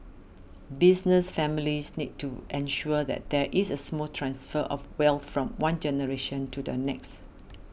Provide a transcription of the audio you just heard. business families need to ensure that there is a smooth transfer of wealth from one generation to the next